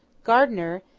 gardiner,